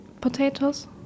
potatoes